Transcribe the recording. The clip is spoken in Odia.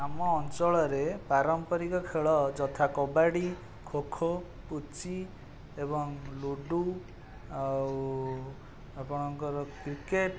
ଆମ ଅଞ୍ଚଳରେ ପାରମ୍ପାରିକ ଖେଳ ଯଥା କବାଡ଼ି ଖୋଖୋ ପୁଚି ଏବଂ ଲୁଡୁ ଆଉ ଆପଣଙ୍କର କ୍ରିକେଟ